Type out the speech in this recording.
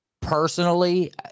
personally